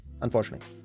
unfortunately